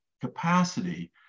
capacity